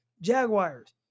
Jaguars